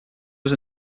was